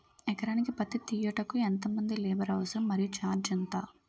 ఎకరానికి పత్తి తీయుటకు ఎంత మంది లేబర్ అవసరం? మరియు ఛార్జ్ ఎంత?